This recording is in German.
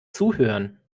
zuhören